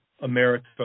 America